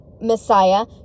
messiah